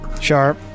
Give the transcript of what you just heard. Sharp